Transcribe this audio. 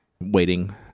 waiting